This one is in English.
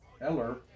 Eller